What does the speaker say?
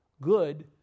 good